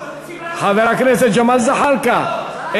חבר הכנסת ג'מאל זחאלקה,